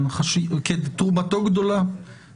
כולנו נולדנו באותה צורה,